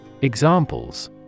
Examples